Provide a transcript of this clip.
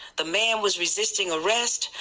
the man was resisting arrest?